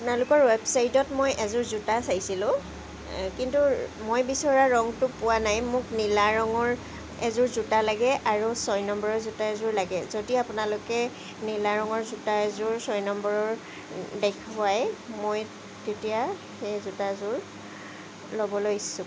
আপোনালোকৰ ৱেবছাইটত মই এযোৰ জোতা চাইছিলোঁ কিন্তু মই বিচৰা ৰংটো পোৱা নাই মোক নীলা ৰঙৰ এযোৰ জোতা লাগে আৰু ছয় নম্বৰৰ জোতা এযোৰ লাগে যদি আপোনালোকে নীলা ৰঙৰ জোতা এযোৰ ছয় নম্বৰৰ দেখুৱায় মই তেতিয়া সেই জোতাযোৰ ল'বলৈ ইচ্ছুক